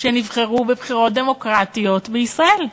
שנבחרו בבחירות דמוקרטיות בישראל?